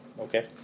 Okay